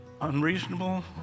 Unreasonable